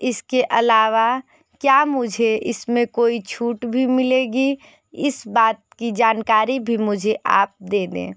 इसके अलावा क्या मुझे इसमें कोई छूट भी मिलेगी इस बात की जानकारी भी मुझे आप दे दें